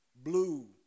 blue